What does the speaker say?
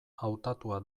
hautatua